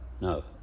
No